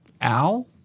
Al